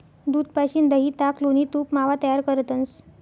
दूध पाशीन दही, ताक, लोणी, तूप, मावा तयार करतंस